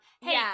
Hey